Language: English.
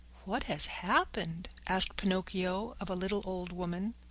what has happened? asked pinocchio of a little old woman.